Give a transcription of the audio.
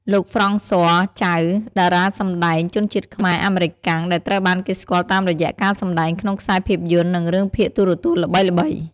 លោក ហ្វ្រង់ស័រ ចៅ តារាសម្តែងជនជាតិខ្មែរ-អាមេរិកាំង ដែលត្រូវបានគេស្គាល់តាមរយៈការសម្ដែងក្នុងខ្សែភាពយន្ត និងរឿងភាគទូរទស្សន៍ល្បីៗ។